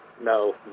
No